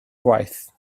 gwaith